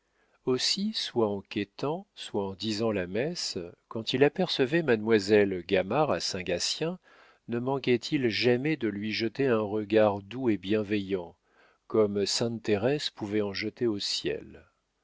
aussi soit en quêtant soit en disant la messe quand il apercevait mademoiselle gamard à saint gatien ne manquait-il jamais de lui jeter un regard doux et bienveillant comme sainte thérèse pouvait en jeter au ciel